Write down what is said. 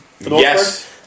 Yes